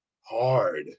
hard